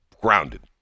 grounded